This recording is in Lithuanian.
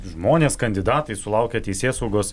žmonės kandidatai sulaukia teisėsaugos